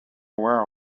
aware